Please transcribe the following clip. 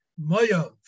Mayav